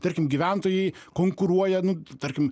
tarkim gyventojai konkuruoja nu tarkim